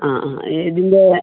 അ ആ ഇതിൻ്റെ